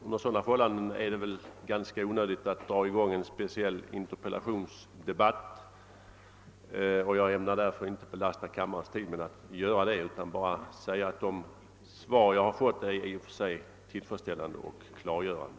Under sådana förhållanden är det ganska onödigt att dra i gång en speciell interpellationsdebatt. Jag ämnar därför inte belasta kammarens tid med att göra det utan vill bara säga att de svar jag har fått i och för sig är tillfredsställande och klargörande.